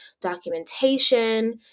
documentation